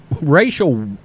racial